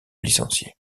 licenciés